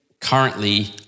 currently